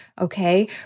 okay